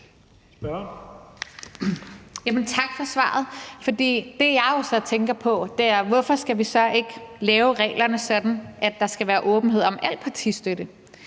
Tak for svaret. Det, jeg jo så tænker på, er, hvorfor vi så ikke skal lave reglerne sådan, at der skal være åbenhed om al partistøtte,